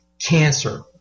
cancer